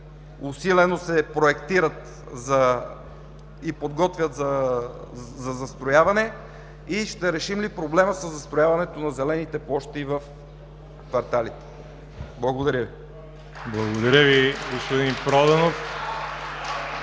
усилено се проектират и подготвят за застрояване и ще решим ли проблема със застрояването на зелените площи в кварталите? Благодаря Ви. (Ръкопляскания от